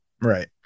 Right